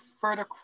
further